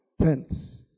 tents